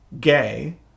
gay